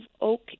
oak